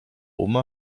oma